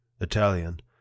italian